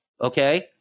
Okay